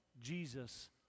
Jesus